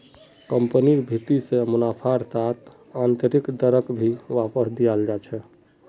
कम्पनिर भीति से मुनाफार साथ आन्तरैक दरक भी वापस दियाल जा छे